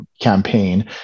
campaign